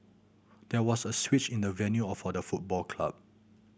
there was a switch in the venue or for the football club